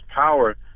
power